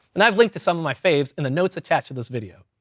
and i've linked to some of my faves in the notes attached to this video.